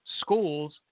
schools